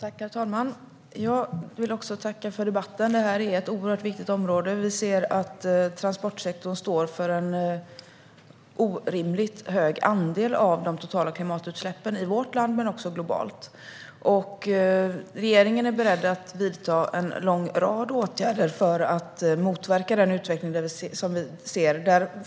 Herr talman! Jag vill också tacka för debatten. Det här är ett oerhört viktigt område. Vi ser att transportsektorn står för en orimligt hög andel av de totala klimatutsläppen i vårt land men också globalt. Regeringen är beredd att vidta en lång rad åtgärder för att motverka den utveckling som vi ser.